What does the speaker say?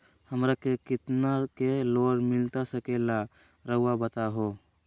हमरा के कितना के लोन मिलता सके ला रायुआ बताहो?